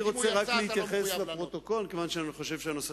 אם הוא יצא, אתה לא מחויב לענות.